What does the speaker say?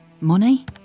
Money